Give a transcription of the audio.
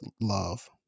love